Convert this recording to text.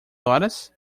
horas